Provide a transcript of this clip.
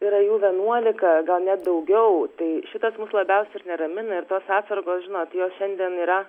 yra jų vienuolika gal net daugiau tai šitas mus labiausiai ir neramina ir tos atsargos žinot jos šiandien yra